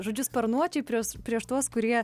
žodžiu sparnuočiai prieš prieš tuos kurie